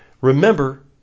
Remember